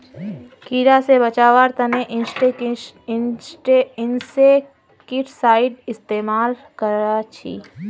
कीड़ा से बचावार तने इंसेक्टिसाइड इस्तेमाल कर छी